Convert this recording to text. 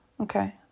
Okay